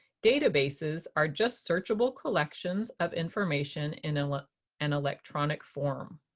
dtabases are just searchable collections of information in ah an electronic form.